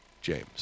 James